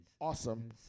Awesome